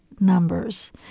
numbers